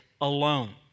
alone